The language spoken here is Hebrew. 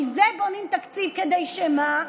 מזה בונים תקציב, כדי שמה?